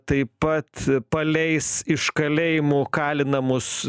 taip pat paleis iš kalėjimų kalinamus